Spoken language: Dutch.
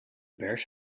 pers